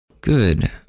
Good